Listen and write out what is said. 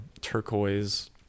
turquoise